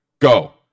go